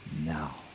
Now